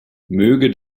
möge